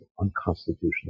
unconstitutional